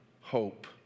hope